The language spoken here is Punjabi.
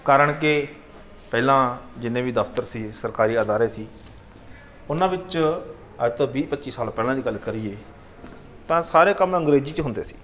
ਕਾਰਨ ਕਿ ਪਹਿਲਾਂ ਜਿੰਨੇ ਵੀ ਦਫ਼ਤਰ ਸੀ ਸਰਕਾਰੀ ਅਦਾਰੇ ਸੀ ਉਹਨਾਂ ਵਿੱਚ ਅੱਜ ਤੋਂ ਵੀਹ ਪੱਚੀ ਸਾਲ ਪਹਿਲਾਂ ਦੀ ਗੱਲ ਕਰੀਏ ਤਾਂ ਸਾਰੇ ਕੰਮ ਅੰਗਰੇਜ਼ੀ 'ਚ ਹੁੰਦੇ ਸੀ